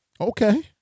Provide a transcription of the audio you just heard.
Okay